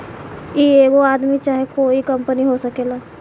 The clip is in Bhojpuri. ई एगो आदमी चाहे कोइ कंपनी हो सकेला